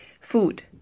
Food